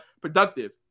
productive